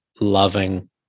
loving